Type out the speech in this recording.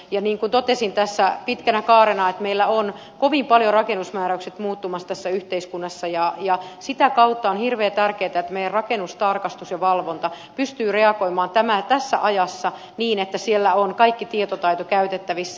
niin kuin totesin tässä pitkänä kaarena meillä rakennusmääräykset ovat kovin paljon muuttumassa tässä yhteiskunnassa ja sitä kautta on hirveän tärkeätä että rakennustarkastus ja valvonta pystyy reagoimaan tässä ajassa niin että siellä on kaikki tietotaito käytettävissä